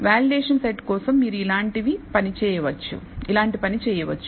validation set కోసం మీరు ఇలాంటి పని చేయవచ్చు